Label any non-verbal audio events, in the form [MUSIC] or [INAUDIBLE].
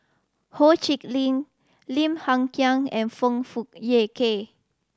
Ho Chee Lick Lim Hng Kiang and Foong Fook [UNINTELLIGIBLE] Kay